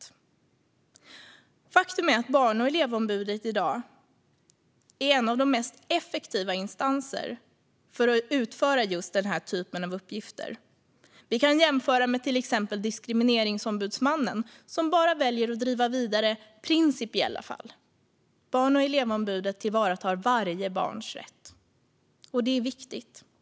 Faktum är att Barn och elevombudet är en av de mest effektiva instanserna för att utföra denna typ av uppgifter. Vi kan jämföra med Diskrimineringsombudsmannen, som väljer att bara driva vidare principiella fall. Barn och elevombudet tillvaratar varje barns rätt, och det är viktigt.